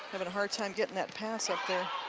having a hard time getting that pass up there